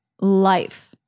life